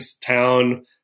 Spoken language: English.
town